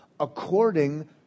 according